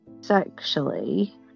sexually